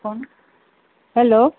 hello